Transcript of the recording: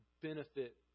benefit